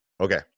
Okay